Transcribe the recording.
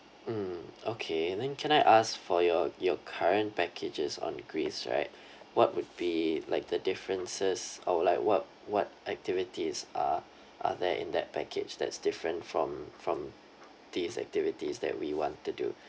mm okay then can I ask for your your current packages on greece right what would be like the differences or like what what activities are are there in that package that's different from from these activities that we want to do